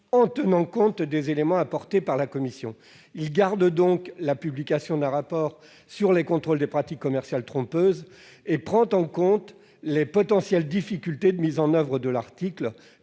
en tenant compte des éléments apportés par la commission. Il conserve donc la publication d'un rapport sur les contrôles des pratiques commerciales trompeuses, et prend en compte les potentielles difficultés de mise en oeuvre de l'article